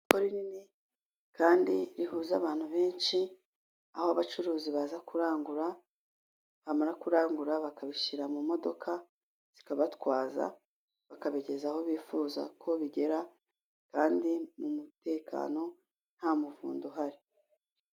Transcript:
Isoko rinini kandi rihuza abantu benshi, aho abacuruzi baza kurangura bamara kurangura bakabishyira mu modoka zikabatwaza, bakabigeza aho bifuza ko bigera kandi mu mutekano nta muvundo uhari.